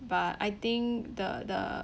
but I think the the